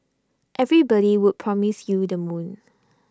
everybody would promise you the moon